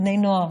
בני נוער,